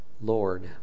Lord